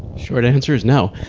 short answer is no.